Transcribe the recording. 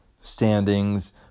standings